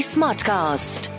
Smartcast